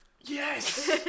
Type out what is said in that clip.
Yes